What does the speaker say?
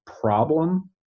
problem